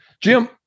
Jim